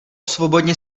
svobodně